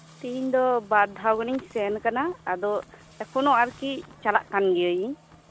ᱛᱮᱦᱤᱧ ᱫᱚ ᱵᱟᱨ ᱫᱷᱟᱶ ᱜᱟᱱᱤᱧ ᱥᱮᱱ ᱠᱟᱱᱟ ᱟᱫᱚ ᱮᱠᱷᱚᱱ ᱦᱚᱸ ᱟᱨᱠᱤ ᱪᱟᱞᱟᱜ ᱠᱟᱱ ᱜᱮᱭᱟᱹᱧ